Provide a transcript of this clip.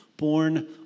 born